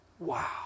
Wow